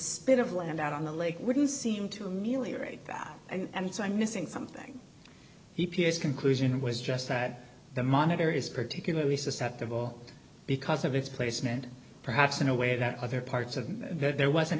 spit of land out on the lake wouldn't seem to ameliorate that and so i'm missing something p p s conclusion was just that the monitor is particularly susceptible because of its placement perhaps in a way that other parts of there wasn't